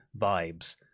vibes